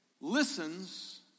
listens